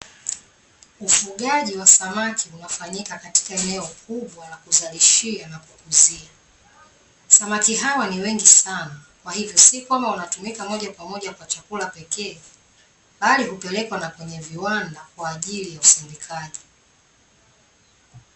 Ufugaji wa samaki unafanyika katika eneo kubwa la kuzalishia na kukuzia. Samaki hawa ni wengi sana, kwa hivyo si kwamba wanatumika moja kwa moja kwa chakula pekee, bali hupelekwa na kwenye viwanda kwa ajili ya usindikaji.